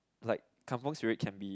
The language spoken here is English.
like Kampung spirit can be